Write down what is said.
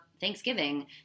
thanksgiving